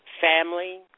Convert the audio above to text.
family